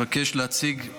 אני מבקש להציג,